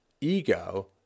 ego